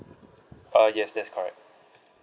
ah yes that's correct